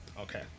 okay